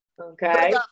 Okay